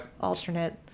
alternate